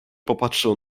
popatrzył